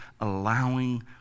allowing